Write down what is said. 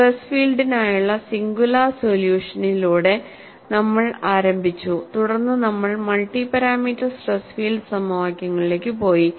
stress ഫീൽഡിനായുള്ള singular സൊല്യൂഷനിലൂടെ നമ്മൾ ആരംഭിച്ചു തുടർന്ന് നമ്മൾ മൾട്ടി പാരാമീറ്റർ സ്ട്രെസ് ഫീൽഡ് സമവാക്യങ്ങളിലേക്ക് പോയി